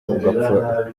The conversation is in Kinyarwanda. ugapfa